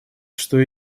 что